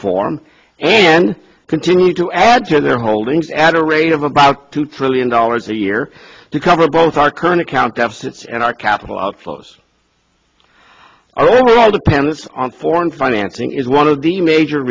form and continue to add to their holdings add a rate of about two trillion dollars a year to cover both our current account deficits and our capital outflows our overall dependence on foreign financing is one of the major